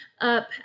up